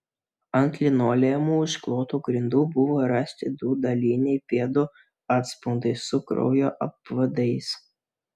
ant linoleumu užklotų grindų buvo rasti du daliniai pėdų atspaudai su kraujo apvadais